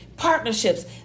Partnerships